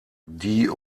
die